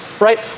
right